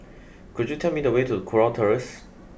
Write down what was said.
could you tell me the way to Kurau Terrace